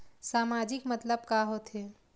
सामाजिक मतलब का होथे?